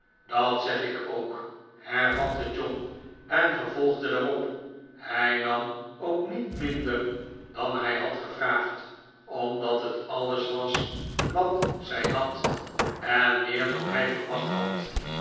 dat zeg ik ook hervatte john en vervolgde daarop hij nam ook niet minder dan hij had gevraagd omdat het alles was wat zij had en meer dan hij verwacht had